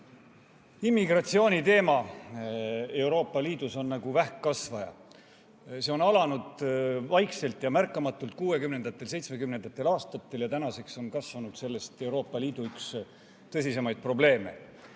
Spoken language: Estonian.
Immigratsiooniteema Euroopa Liidus on nagu vähkkasvaja. See on alanud vaikselt ja märkamatult 1960.–1970. aastatel ja tänaseks on kasvanud sellest Euroopa Liidu üks tõsisemaid probleeme.